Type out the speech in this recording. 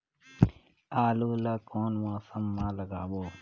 आलू ला कोन मौसम मा लगाबो?